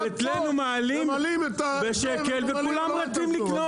אבל אצלנו מעלים בשקל וכולם רצים לקנות.